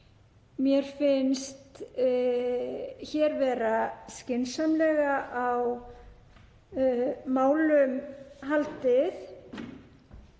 Mér finnst hér vera skynsamlega á málum haldið